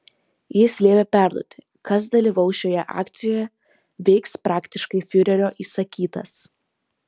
jis liepė perduoti kas dalyvaus šioje akcijoje veiks praktiškai fiurerio įsakytas